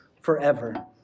forever